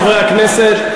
חברי הכנסת,